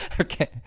okay